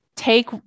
take